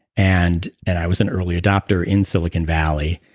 and and i was an early adopter in silicon valley,